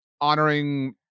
honoring